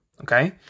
Okay